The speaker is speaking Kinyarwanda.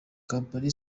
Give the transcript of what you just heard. kampani